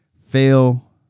Fail